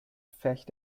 pfercht